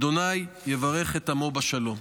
ה' יברך את עמו בשלום.